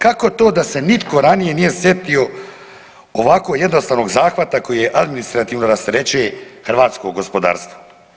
Kako to da se nitko ranije nije sjetio ovako jednostavnog zahvata koji administrativno rasterećuje hrvatsko gospodarstvo?